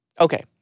Okay